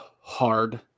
hard